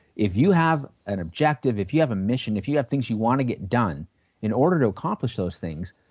if you have an objective, if you have a mission, if you have things you want to get done in order to accomplish those things,